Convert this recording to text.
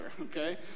okay